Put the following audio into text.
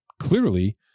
clearly